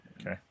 Okay